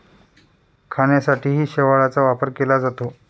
खाण्यासाठीही शेवाळाचा वापर केला जातो